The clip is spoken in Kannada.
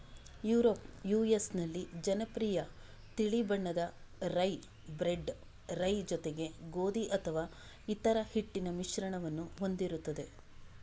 ಯುರೋಪ್ ಯು.ಎಸ್ ನಲ್ಲಿ ಜನಪ್ರಿಯ ತಿಳಿ ಬಣ್ಣದ ರೈ, ಬ್ರೆಡ್ ರೈ ಜೊತೆಗೆ ಗೋಧಿ ಅಥವಾ ಇತರ ಹಿಟ್ಟಿನ ಮಿಶ್ರಣವನ್ನು ಹೊಂದಿರುತ್ತವೆ